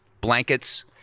blankets